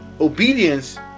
obedience